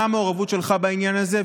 מה המעורבות שלך בעניין הזה?